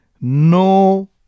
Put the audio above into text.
no